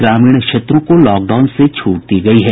ग्रामीण क्षेत्रों को लॉकडाउन से छूट दी गयी है